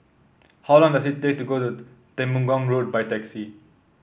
how long does it take to get to Temenggong Road by taxi